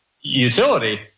utility